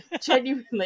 Genuinely